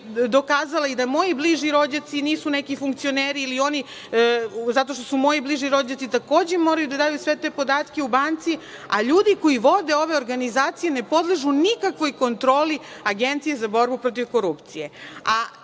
dokazala da moji bliži rođaci nisu neki funkcioneri ili oni, zato što su moji bliži rođaci, takođe moraju da daju sve te podatke u banci, a ljudi koji vode ove organizacije ne podležu nikakvoj kontroli Agencije za borbu protiv korupcije? Nije